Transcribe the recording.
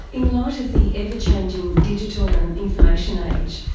in light of the ever-changing digital and information age,